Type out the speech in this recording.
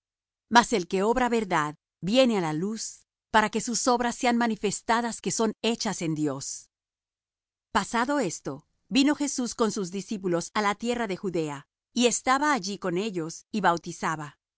mas el que obra verdad viene á la luz para que sus obras sean manifestadas que son hechas en dios pasado esto vino jesús con sus discípulos á la tierra de judea y estaba allí con ellos y bautizaba